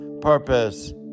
purpose